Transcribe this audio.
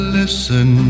listen